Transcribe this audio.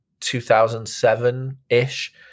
2007-ish